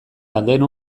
dauden